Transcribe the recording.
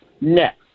Next